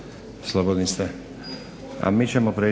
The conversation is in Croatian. slobodni ste,